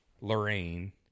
Lorraine